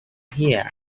here